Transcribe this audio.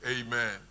Amen